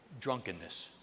drunkenness